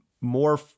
more